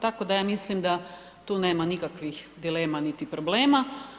Tako da ja mislim da tu nema nikakvih dilema niti problema.